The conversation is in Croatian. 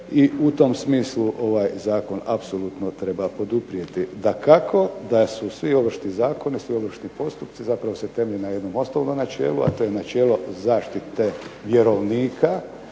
i u tom smislu ovaj zakon apsolutno treba poduprijeti. Dakako da su svi ovršni zakoni, svi ovršni postupci zapravo se temelje na jednom osnovnom načelu, a to je načelo zaštite vjerovnika